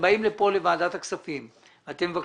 אתם באים לכאן לוועדת הכספים,